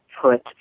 put